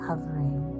Covering